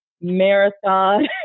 marathon